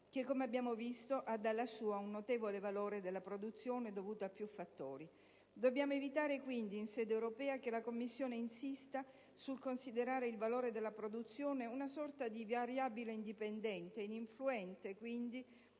che, come abbiamo visto, ha dalla sua un notevole valore della produzione dovuto a più fattori. Dobbiamo evitare, quindi, in sede europea che la Commissione insista sul considerare il valore della produzione una sorta di variabile indipendente, ininfluente